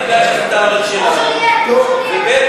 בגלל שזאת הארץ שלנו, וב.